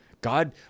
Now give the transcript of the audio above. God